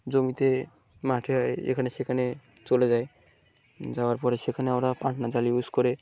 জমিতে মাঠে হয় এখানে সেখানে চলে যায় যাওয়ার পরে সেখানে ওরা পাঠনা জাল ইউস করে